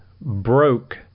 broke